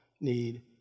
need